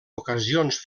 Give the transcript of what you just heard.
ocasions